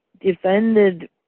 defended